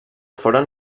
foren